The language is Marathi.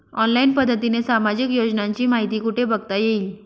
ऑनलाईन पद्धतीने सामाजिक योजनांची माहिती कुठे बघता येईल?